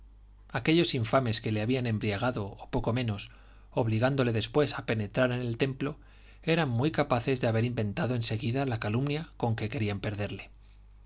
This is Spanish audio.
aquellos infames que le habían embriagado o poco menos obligándole después a penetrar en el templo eran muy capaces de haber inventado en seguida la calumnia